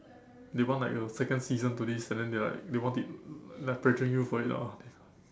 they want like a second season to this and then they like they want it like pressuring you for it ah